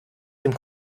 dem